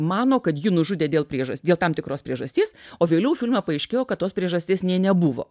mano kad jį nužudė dėl priežasties tam tikros priežasties o vėliau filme paaiškėjo kad tos priežasties nė nebuvo